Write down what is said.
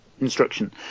instruction